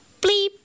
Bleep